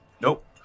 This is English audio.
nope